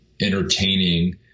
entertaining